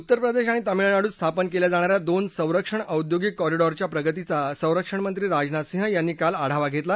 उत्तर प्रदेश आणि तामिळनाडूत स्थापन केल्या जाणा या दोन संरक्षण औद्योगिक कॉरिडॅरच्या प्रगतीचा संरक्षणमंत्री राजनाथ सिंग यांनी काल आढावा घेतला